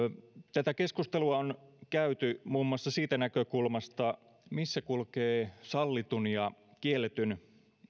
tätä keskustelua on käyty muun muassa siitä näkökulmasta missä kulkee sallitun ja kielletyn